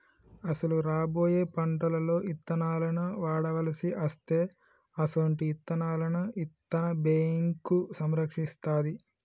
అసలు రాబోయే పంటలలో ఇత్తనాలను వాడవలసి అస్తే అసొంటి ఇత్తనాలను ఇత్తన్న బేంకు సంరక్షిస్తాది